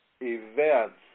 events